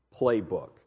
playbook